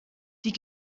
die